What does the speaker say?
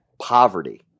poverty